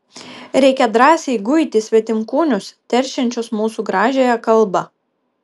reikia drąsiai guiti svetimkūnius teršiančius mūsų gražiąją kalbą